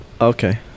Okay